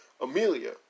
Amelia